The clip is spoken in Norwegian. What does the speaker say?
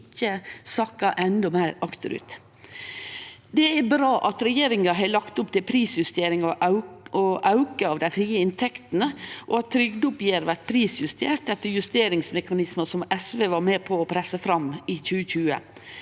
Det er bra at regjeringa har lagt opp til prisjustering og auke av dei frie inntektene, og at trygdeoppgjeret blir prisjustert – etter justeringsmekanismar SV var med på å presse fram i 2020